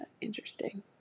interesting